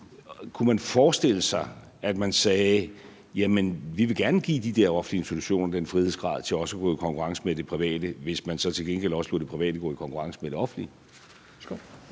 kunne forestille sig, at man sagde: Vi vil gerne give de der offentlige institutioner den frihedsgrad til også at kunne gå i konkurrence med det private, hvis man så til gengæld også lod det private gå i konkurrence med det offentlige.